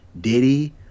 diddy